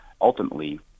ultimately